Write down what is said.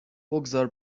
بگذار